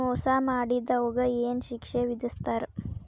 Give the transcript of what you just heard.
ಮೋಸಾ ಮಾಡಿದವ್ಗ ಏನ್ ಶಿಕ್ಷೆ ವಿಧಸ್ತಾರ?